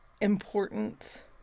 important